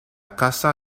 casa